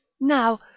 now